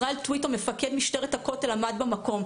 ישראל טוויטו מפקד משטרת הכותל עמד במקום,